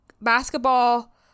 basketball